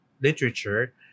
literature